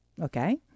okay